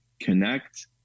connect